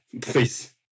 please